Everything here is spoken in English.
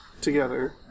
together